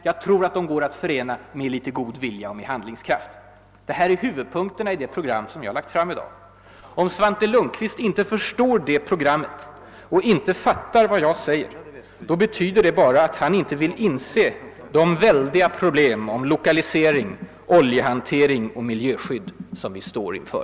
Jag tror att de med litet god vilja och handlingskraft går att förena. Det är huvudpunkterna i det program jag har lagt fram i dag. Om Svante Lundkvist inte förstår det programmet och inte fattar vad jag säger, betyder det bara att han inte vill inse vilka väldiga problem beträffande lokalisering, oljehantering och miljöskydd som vi står inför.